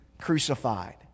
crucified